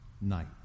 night